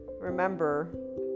remember